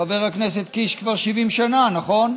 חבר הכנסת קיש, 70 שנה, נכון?